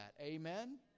Amen